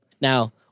Now